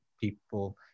people